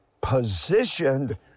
positioned